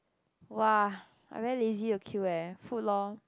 !wah! I very lazy to queue leh food loh